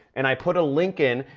and i put a link in.